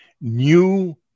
new